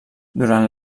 durant